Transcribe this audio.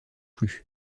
plus